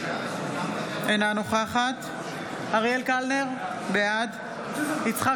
אינה נוכחת אריאל קלנר, בעד יצחק